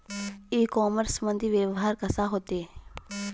इ कामर्समंदी व्यवहार कसा होते?